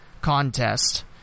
contest